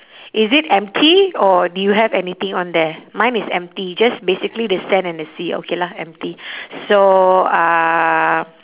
is it empty or do you have anything on there mine is empty just basically the sand and the sea okay lah empty so uh